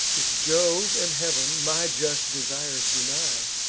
if jove and heav'n my just desires deny,